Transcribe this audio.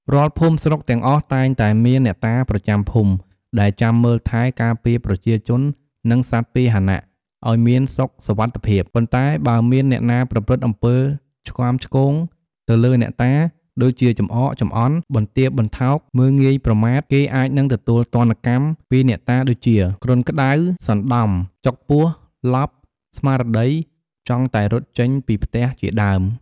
រាល់ភូមិស្រុកទាំងអស់ តែងតែមានអ្នកតាប្រចាំភូមិ ដែលចាំមើលថែ ការពារប្រជាជន និងសត្វពាហនៈឱ្យមានសុខសុវត្ថិភាព ប៉ុន្តែបើមានអ្នកណាប្រព្រឹត្តអំពើឆ្គាំឆ្គងទៅ លើអ្នកតា ដូចជាចំអកចំអន់ បន្ទាបបន្ថោក មើលងាយប្រមាថ គេអាចនឹងទទួលទណ្ឌ កម្មពីអ្នកតាដូចជា គ្រុនក្ដៅ សន្តំ ចុកពោះ ឡប់ ស្មារតី ចង់តែរត់ចេញពីផ្ទះ ជាដើម ។